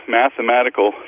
mathematical